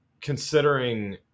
considering